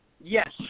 Yes